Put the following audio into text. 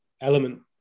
element